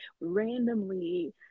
randomly